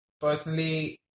personally